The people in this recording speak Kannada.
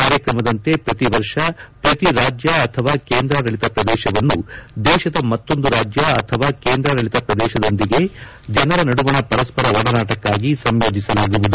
ಕಾರ್ಯಕ್ರಮದಂತೆ ಪ್ರತಿವರ್ಷ ಪ್ರತಿ ರಾಜ್ಯ ಅಥವಾ ಕೇಂದ್ರಾಡಳಿತ ಪ್ರದೇಶವನ್ನು ದೇಶದ ಮತ್ತೊಂದು ರಾಜ್ಯ ಅಥವಾ ಕೇಂದ್ರಾಡಳಿತ ಪ್ರದೇಶದೊಂದಿಗೆ ಜನರ ನಡುವಣ ಪರಸ್ವರ ಒಡನಾಟಕ್ಕಾಗಿ ಸಂಯೋಜಿಸಲಾಗುವುದು